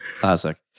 classic